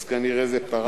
אז כנראה זה פרח לך.